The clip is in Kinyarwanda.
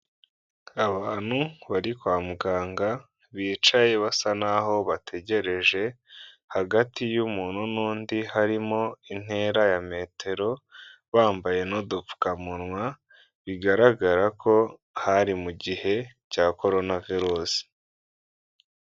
Abantu bari kwa muganga bicaye basa naho bategereje, hagati y'umuntu n'undi harimo intera ya metero, bambaye n'udupfukamunwa, bigaragara ko hari mu gihe cya corona virusi.